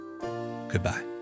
goodbye